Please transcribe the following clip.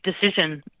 decision